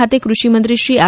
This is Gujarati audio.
ખાતે કૃષિ મંત્રીશ્રી આર